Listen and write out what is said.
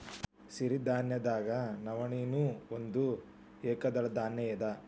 ಸಿರಿಧಾನ್ಯದಾಗ ನವಣೆ ನೂ ಒಂದ ಏಕದಳ ಧಾನ್ಯ ಇದ